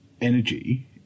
energy